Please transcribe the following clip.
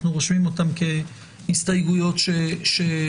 אנחנו רושמים אותן כהסתייגויות שהוגשו.